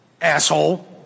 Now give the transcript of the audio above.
asshole